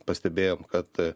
pastebėjom kad